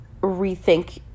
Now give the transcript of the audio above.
rethink